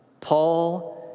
Paul